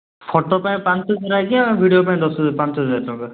photo ପାଇଁ ପାଞ୍ଚ ହଜାର ଆଜ୍ଞା ଭିଡ଼ିଓ ପାଇଁ ଦଶ ପାଞ୍ଚହଜାର ଟଙ୍କା